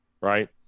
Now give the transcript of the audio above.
right